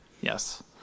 yes